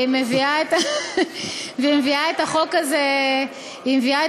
והיא מביאה את החוק הזה שוב.